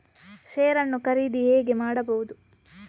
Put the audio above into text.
Share ನ್ನು ಖರೀದಿ ಹೇಗೆ ಮಾಡುವುದು?